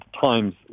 Times